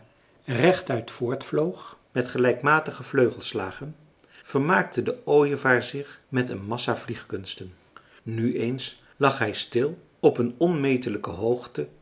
rechtuit voort vloog met gelijkmatige vleugelslagen vermaakte de ooievaar zich met een massa vliegkunsten nu eens lag hij stil op een onmetelijke hoogte